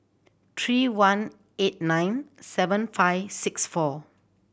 three one eight nine seven five six four